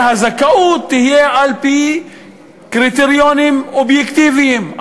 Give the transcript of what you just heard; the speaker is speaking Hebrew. והזכאות תהיה על-פי קריטריונים אובייקטיביים,